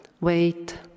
wait